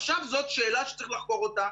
עכשיו זאת שאלה שצריך לחקור אותה.